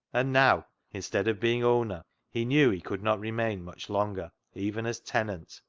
and now, instead of being owner, he knew he could not remain much longer even as tenant,